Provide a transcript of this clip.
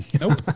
Nope